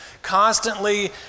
constantly